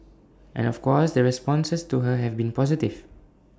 and of course the responses to her have been positive